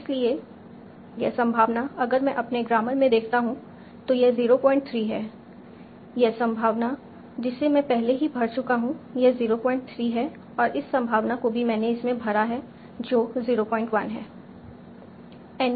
इसलिए यह संभावना अगर मैं अपने ग्रामर में देखता हूं तो यह 03 है यह संभावना जिसे मैं पहले ही भर चुका हूं यह 03 है और इस संभावना को भी मैंने इसमें भरा है जो 01 है